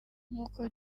nk’uko